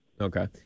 Okay